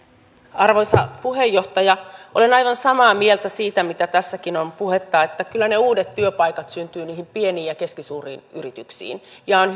arvoisa puheenjohtaja olen aivan samaa meiltä siitä mitä tässäkin on puhetta että kyllä ne uudet työpaikat syntyvät pieniin ja keskisuuriin yrityksiin ja on